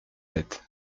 sept